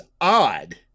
odd